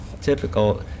typical